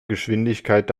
geschwindigkeit